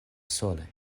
sole